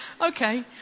Okay